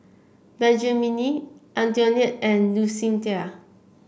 Benjamine Antionette and Lucinda